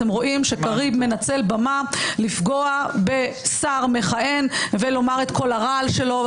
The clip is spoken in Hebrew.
אתם רואים שקריב מנצל במה לפגוע בשר מכהן ולומר את כל הרעל שלו.